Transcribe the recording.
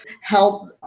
Help